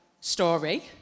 story